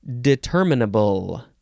Determinable